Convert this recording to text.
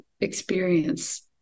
experience